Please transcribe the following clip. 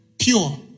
pure